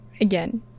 again